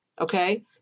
okay